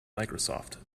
microsoft